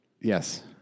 Yes